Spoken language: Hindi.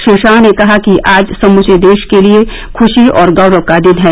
श्री शाह ने कहा कि आज समूचे देश के लिए खुशी और गौरव का दिन है